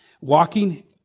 walking